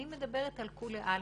אני מדברת על כולי עלמא.